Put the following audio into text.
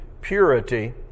purity